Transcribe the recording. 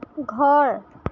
ঘৰ